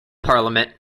parliament